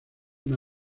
una